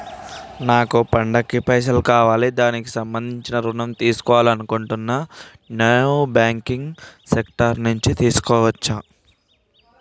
నాకు పండగ కి పైసలు కావాలి దానికి సంబంధించి ఋణం తీసుకోవాలని అనుకుంటున్నం నాన్ బ్యాంకింగ్ సెక్టార్ నుంచి తీసుకోవచ్చా?